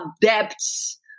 depths